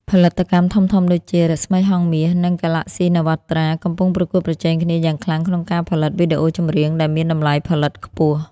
ផលិតកម្មធំៗដូចជា រស្មីហង្សមាស និង Galaxy Navatra កំពុងប្រកួតប្រជែងគ្នាយ៉ាងខ្លាំងក្នុងការផលិតវីដេអូចម្រៀងដែលមានតម្លៃផលិតខ្ពស់។